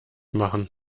machen